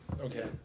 Okay